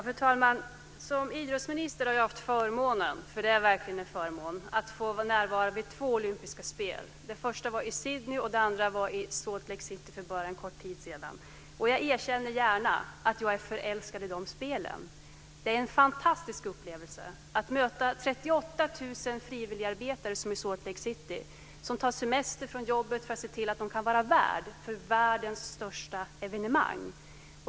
Fru talman! Som idrottsminister har jag haft förmånen - det är verkligen en förmån - att få vara närvarande vid två olympiska spel. Det första var i Sydney, och det andra var i Salt Lake City för bara en kort tid sedan. Jag erkänner gärna att jag är förälskad i de spelen. Det är en fantastisk upplevelse att möta 38 000 frivilligarbetare, som i Salt Lake City, som tar semester från jobbet för att kunna vara värdar för världens största evenemang.